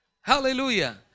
hallelujah